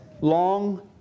long